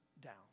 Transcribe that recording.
down